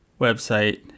website